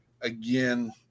again